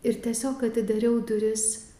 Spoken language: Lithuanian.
ir tiesiog atidariau duris